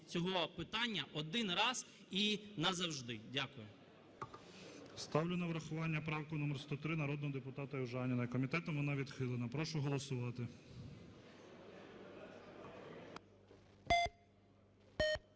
цього питання один раз і назавжди. Дякую. ГОЛОВУЮЧИЙ. Ставлю на врахування правку номер 103 народного депутата Южаніної. Комітетом вона відхилена. Прошу голосувати.